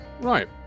Right